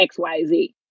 xyz